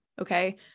Okay